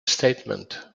statement